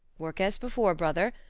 work as before, brother,